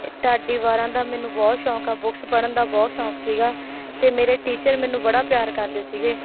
ਢਾਡੀ ਵਾਰਾਂ ਦਾ ਮੈਨੂੰ ਬਹੁਤ ਸ਼ੌਂਕ ਹੈ ਬੁੱਕਸ ਪੜ੍ਹਨ ਦਾ ਬਹੁਤ ਸ਼ੌਂਕ ਸੀ ਅਤੇ ਮੇਰੇ ਟੀਚਰ ਮੈਨੂੰ ਬੜਾ ਪਿਆਰ ਕਰਦੇ ਸੀ